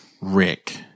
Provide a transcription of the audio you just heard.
Rick